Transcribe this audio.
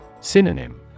Synonym